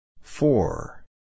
Four